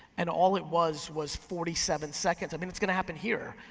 and all it was was forty seven seconds. i mean it's gonna happen here.